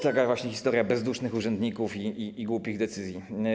To jest właśnie historia bezdusznych urzędników i głupich decyzji.